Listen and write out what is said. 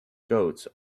goats